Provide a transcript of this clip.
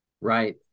Right